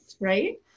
right